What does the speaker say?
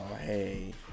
hey